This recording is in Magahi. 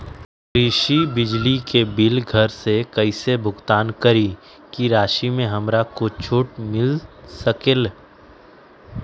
कृषि बिजली के बिल घर से कईसे भुगतान करी की राशि मे हमरा कुछ छूट मिल सकेले?